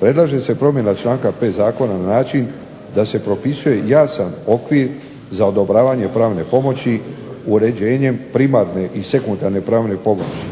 Predlaže se promjena članka 5. zakona na način da se propisuje jasan okvir za odobravanje pravne pomoći uređenjem primarne i sekundarne pravne pomoći,